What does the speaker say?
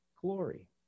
glory